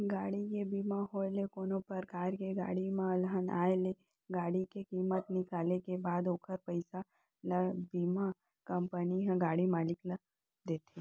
गाड़ी के बीमा होय ले कोनो परकार ले गाड़ी म अलहन आय ले गाड़ी के कीमत निकाले के बाद ओखर पइसा ल बीमा कंपनी ह गाड़ी मालिक ल देथे